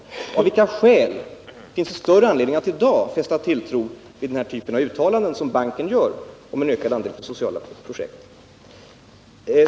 Av vilka skäl finns det större anledning att i dag hysa tilltro till den här typen av uttalanden av banken om en ökning av andelen till sociala projekt?